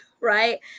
right